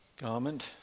garment